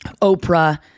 Oprah